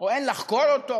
או אין לחקור אותו